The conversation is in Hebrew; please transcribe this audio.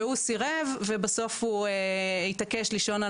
הוא סירב ובסוף הוא התעקש לישון על